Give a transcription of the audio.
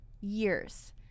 years